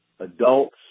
Adults